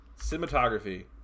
Cinematography